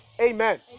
Amen